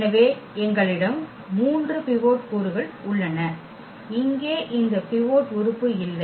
எனவே எங்களிடம் மூன்று பிவோட் கூறுகள் உள்ளன இங்கே இந்த பிவோட் உறுப்பு இல்லை